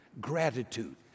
gratitude